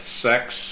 sex